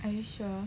are you sure